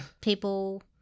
people